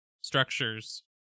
structures